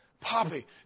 Poppy